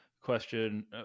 question